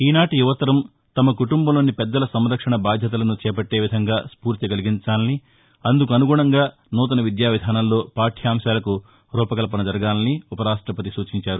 ఈనాటి యువతరం తమ కుటుంబంలోని పెద్దల సంరక్షణ బాధ్యతలను చేపట్లే విధంగా స్పూర్తి కలిగించాలనిఅందుకు అనుగుణంగా నూతన విద్యా విధానంలో పాఠ్యాంశాలకు రూపకల్పన జరగాలని ఉప రాష్టపతి సూచించారు